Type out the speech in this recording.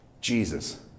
Jesus